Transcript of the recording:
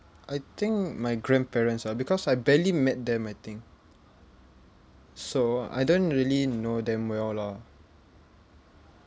I think my grandparents lah because I barely met them I think so I don't really know them well lah